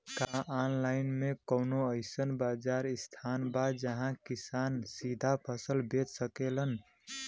का आनलाइन मे कौनो अइसन बाजार स्थान बा जहाँ किसान सीधा फसल बेच सकेलन?